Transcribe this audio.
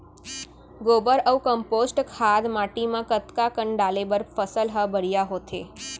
गोबर अऊ कम्पोस्ट खाद माटी म कतका कन डाले बर फसल ह बढ़िया होथे?